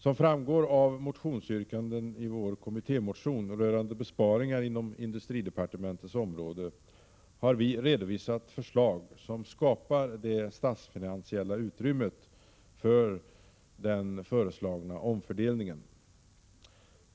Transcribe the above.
Som framgår av motionsyrkanden i vår kommittémotion rörande besparingar inom industridepartementets område har vi redovisat förslag som skapar det statsfinansiella utrymmet för den föreslagna omfördelningen.